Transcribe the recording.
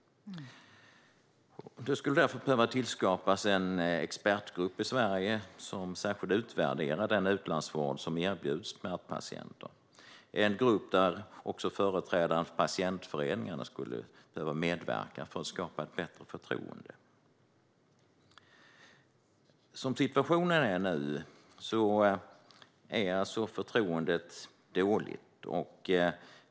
Det skulle därför behöva tillskapas en expertgrupp i Sverige som särskilt utvärderar den utlandsvård som erbjuds smärtpatienter - en grupp där också företrädare för patientföreningarna skulle behöva medverka för att skapa ett bättre förtroende. Som situationen är nu är alltså förtroendet dåligt.